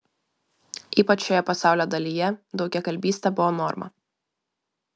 ypač šioje pasaulio dalyje daugiakalbystė buvo norma